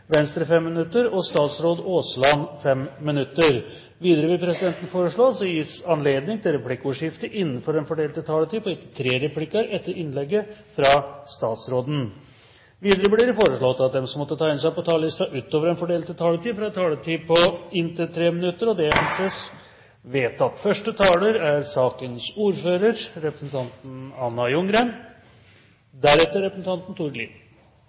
Venstre 5 minutter og statsråd Tora Aasland 5 minutter. Videre vil presidenten foreslå at det gis anledning til replikkordskifte på inntil tre replikker med svar etter innlegget fra statsråden innenfor den fordelte taletid. Videre blir det foreslått at de som måtte tegne seg på talerlisten utover den fordelte taletid, får en taletid på inntil 3 minutter. – Det anses vedtatt. Det er